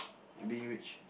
being rich